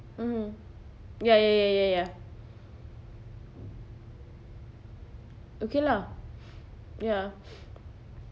mmhmm ya ya ya ya ya okay lah ya